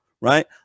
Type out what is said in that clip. right